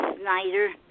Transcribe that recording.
Snyder